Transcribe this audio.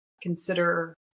consider